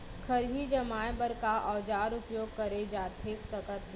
खरही जमाए बर का औजार उपयोग करे जाथे सकत हे?